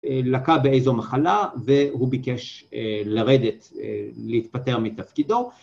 לקה באיזו מחלה והוא ביקש לרדת, להתפטר מתפקידו